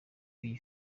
iyi